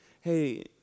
Hey